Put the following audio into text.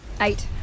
Eight